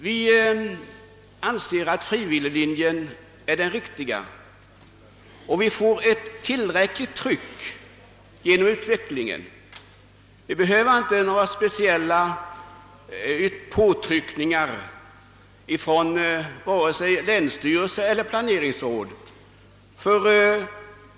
Vi anser att frivilliglinjen är den riktiga, och det behövs inga speciella påtryckningar vare sig från länsstyrelse eller planeringsråd.